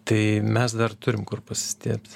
tai mes dar turim kur pasistiebti